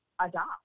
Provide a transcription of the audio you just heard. adopt